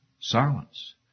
silence